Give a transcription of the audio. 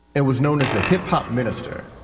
it was known as the hip hop minister,